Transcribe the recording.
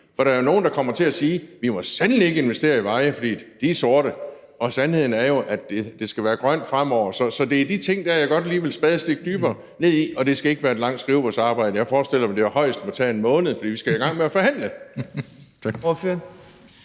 For der er nogle, der kommer til at sige: Vi må sandelig ikke investere i veje, for de er sorte. Og sandheden er jo, at det skal være grønt fremover, så det er de ting der, jeg godt lige vil et spadestik dybere ned i, og det skal ikke være et langvarigt skrivebordsarbejde. Jeg forestiller mig, at det højst må tage en måned, for vi skal i gang med at forhandle.